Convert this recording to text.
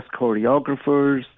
choreographers